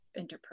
interpersonal